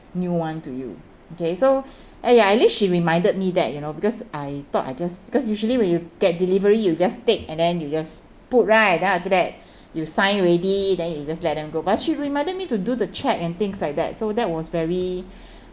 new one to you okay so ya ya at least she reminded me that you know because I thought I just because usually when you get delivery you just take and then you just put right then after that you sign already then you just let them go but she reminded me to do the check and things like that so that was very